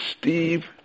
Steve